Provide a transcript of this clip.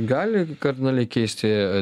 gali kardinaliai keisti